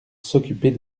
s’occuper